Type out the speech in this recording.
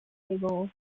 table